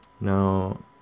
now